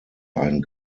ein